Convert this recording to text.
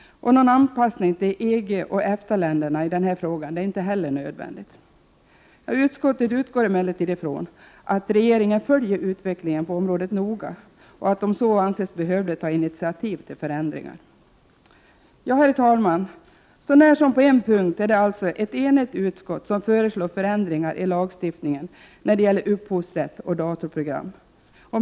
Någon anpassning till EG och EFTA-länderna i denna fråga är inte heller nödvändig. Utskottet utgår emellertid från att regeringen följer utvecklingen på området noga och att om så anses behövligt tar initiativ till förändringar. Herr talman! Så när som på en punkt är det alltså ett enigt utskott som föreslår förändringar i lagstiftningen när det gäller upphovsrätt och datorprogram.